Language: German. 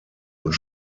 und